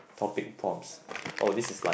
topic prompts oh this is like